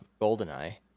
goldeneye